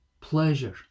pleasure